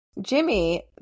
Jimmy